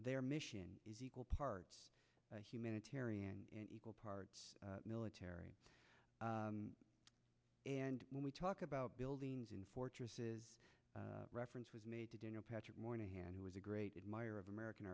their mission is equal parts humanitarian and equal parts military and when we talk about buildings in fortresses reference was made to daniel patrick moynihan who was a great admirer of american